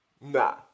Nah